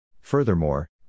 Furthermore